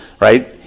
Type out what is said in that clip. Right